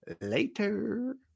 later